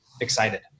excited